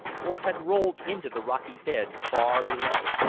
or had rolled into the rocky bed far below.